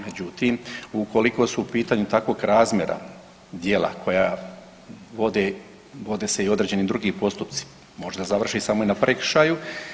Međutim, ukoliko su u pitanju takvog razmjera djela koja vode, vode se i određeni drugi postupci, možda završi samo na prekršaju.